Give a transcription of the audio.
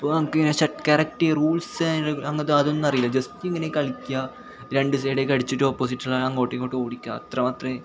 പോ എനിക്ക് correct rules and റെഗു അങ്ങനത്തെ അതൊന്നും അറിയില്ല ജസ്റ്റ് ഇങ്ങനെ ഈ കളിയ്ക്കുക രണ്ടുസൈഡൊക്കെ അടിച്ചിട്ട് ഓപ്പോസിറ്റുള്ള ആളെ അങ്ങോട്ടും ഇങ്ങോട്ടും ഓടിയ്ക്കുക അത്രമാത്രമേ